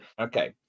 Okay